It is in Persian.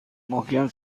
محکم